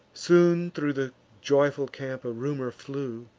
soon thro' the joyful camp a rumor flew,